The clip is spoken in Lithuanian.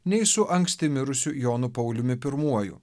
nei su anksti mirusiu jonu pauliumi pirmuoju